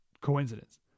coincidence